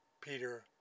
Peter